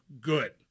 good